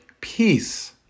peace